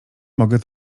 mogę